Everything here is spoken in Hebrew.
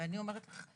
ואני אומרת לך,